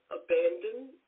abandoned